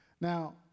now